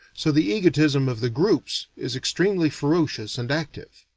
so the egotism of the groups is extremely ferocious and active.